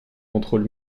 contrôle